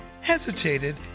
hesitated